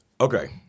okay